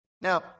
Now